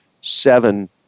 seven